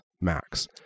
max